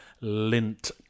Lint